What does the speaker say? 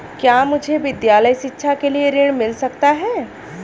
क्या मुझे विद्यालय शिक्षा के लिए ऋण मिल सकता है?